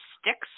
sticks –